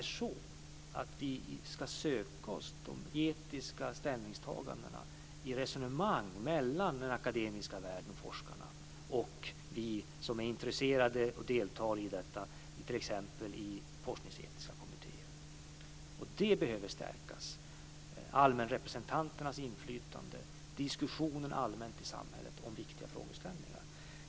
Men vi ska söka oss de etiska ställningstagandena i resonemang mellan den akademiska världen, forskarna och oss som är intresserade av det här och deltar t.ex. i forskningsetiska kommittéer. Det här behöver stärkas. Det gäller allmänrepresentanternas inflytande och diskussionen allmänt i samhället om viktiga frågeställningar.